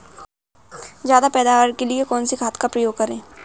ज्यादा पैदावार के लिए कौन सी खाद का प्रयोग करें?